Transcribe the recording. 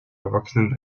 erwachsenen